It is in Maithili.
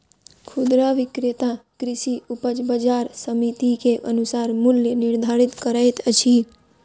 खुदरा विक्रेता कृषि उपज बजार समिति के अनुसार मूल्य निर्धारित करैत अछि